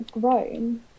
grown